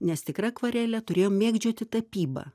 nes tikra akvarelė turėjo mėgdžioti tapybą